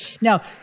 Now